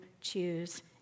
choose